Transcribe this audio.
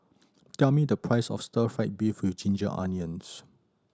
tell me the price of Stir Fry beef with ginger onions